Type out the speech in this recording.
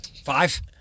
Five